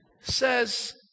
says